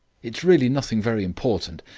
it is really nothing very important.